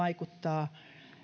vaikuttaa